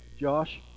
Josh